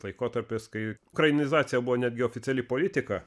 laikotarpis kai ukrainizacija buvo netgi oficiali politika